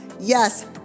Yes